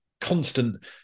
constant